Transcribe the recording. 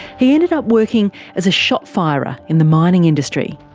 he ended up working as a shotfirer ah in the mining industry.